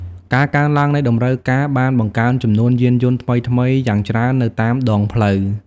ការកើនឡើងនៃតម្រូវការបានបង្កើនចំនួនយានយន្តថ្មីៗយ៉ាងច្រើននៅតាមដងផ្លូវ។